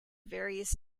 various